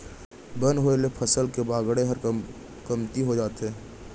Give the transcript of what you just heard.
बन होय ले फसल के बाड़गे हर कमती हो जाथे